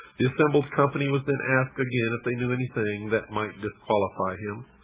the assembled company was then asked again if they knew anything that might disqualify him.